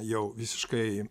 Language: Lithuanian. jau visiškai